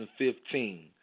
2015